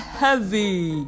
heavy